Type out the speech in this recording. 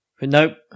Nope